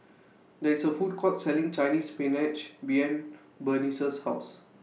There IS A Food Court Selling Chinese Spinach behind Burnice's House